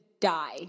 die